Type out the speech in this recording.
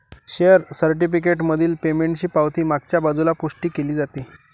share certificate मधील पेमेंटची पावती मागच्या बाजूला पुष्टी केली जाते